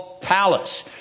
palace